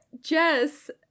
Jess